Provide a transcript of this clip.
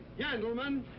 yeah gentlemen!